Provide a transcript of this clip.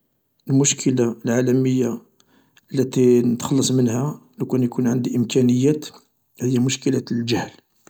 المشكلة العالمية التي نتخلص منها لوكان يكون عندي إمكانيات هي مشكلة الجهل